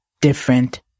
different